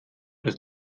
dass